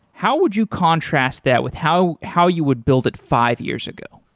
how would you contrast that with how how you would build it five years ago?